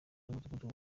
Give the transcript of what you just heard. bw’umudugudu